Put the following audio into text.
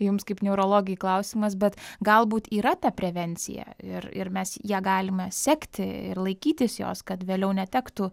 jums kaip neurologei klausimas bet galbūt yra ta prevencija ir ir mes ja galime sekti ir laikytis jos kad vėliau netektų